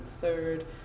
third